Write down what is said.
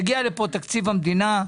יגיע לפה תקציב המדינה,